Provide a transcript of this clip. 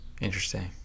Interesting